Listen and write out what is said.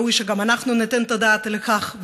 וראוי שגם אנחנו ניתן את הדעת לכך,